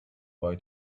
boy